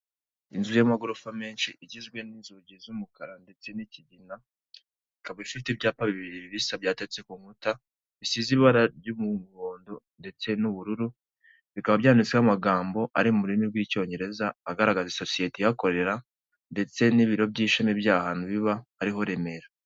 Inzu y'amagorofa menshi igizwe n'inzugi z'umukara ndetse n'ikigina, ikaba ifite ibyapa bibiri bisa byatatse ku nkuta bisize ibara ry'umuhondo ndetse n'ubururu, bikaba byanditseho amagambo ari mu rurimi rw'Icyongereza agaragaza isosiyete ihakorera ndetse n'ibiro by'ishami by'aha hantu biba ariho Remera.